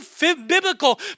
biblical